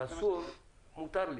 מותר לי.